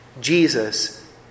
Jesus